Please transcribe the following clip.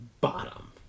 bottom